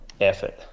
effort